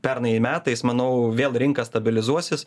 pernai metais manau vėl rinka stabilizuosis